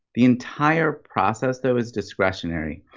the entire process though is discretionary.